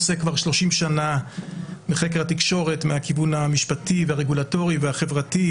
עוסק כבר 30 שנה בחקר התקשורת מהכיוון המשפטי והרגולטורי והחברתי,